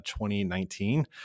2019